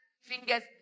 fingers